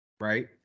right